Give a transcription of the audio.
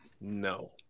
No